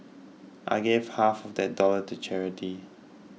I gave half of that dollars to charity